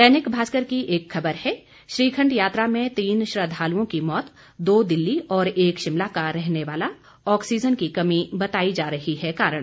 दैनिक भास्कर की खबर है श्रीखंड यात्रा में तीन श्रद्वालुओं की मौत दो दिल्ली और एक शिमला का रहने वाला ऑक्सीजन की कमी बताई जा रही कारण